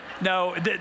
No